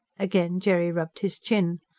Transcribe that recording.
again jerry rubbed his chin.